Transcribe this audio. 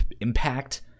impact